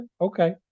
okay